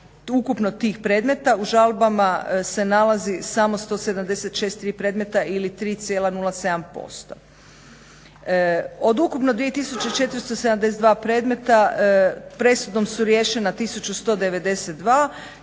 ukupno tih predmeta u žalbama se nalazi samo 176 predmeta ili 3,07%. Od ukupno 2472 predmeta presudom su riješena 1192